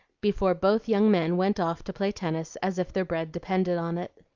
before both young men went off to play tennis as if their bread depended on it.